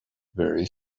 very